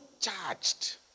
charged